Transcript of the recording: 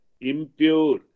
impure